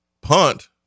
punt